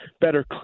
better